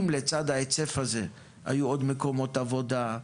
אם לצד ההיצף הזה היו עוד מקומות עבודה,